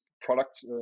products